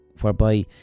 whereby